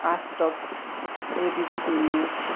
Aaj Tak ABP news